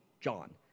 John